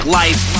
life